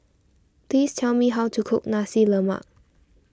please tell me how to cook Nasi Lemak